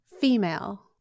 female